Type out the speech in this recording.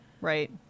right